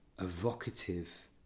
evocative